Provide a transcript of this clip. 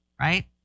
right